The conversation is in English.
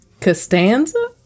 Costanza